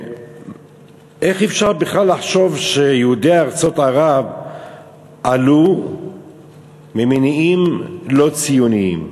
איך אפשר בכלל לחשוב שיהודי ארצות ערב עלו ממניעים לא ציוניים?